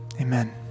amen